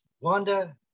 Wanda